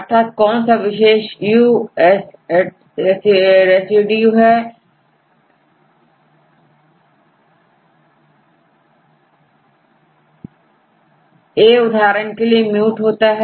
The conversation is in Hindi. अर्थात कौन सा विशेष यूएसएड रेसिड्यूA उदाहरण के लिए म्यूट होता है